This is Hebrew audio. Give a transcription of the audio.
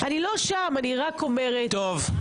אני לא שם, אני רק אומרת --- טוב.